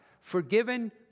Forgiven